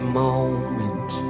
moment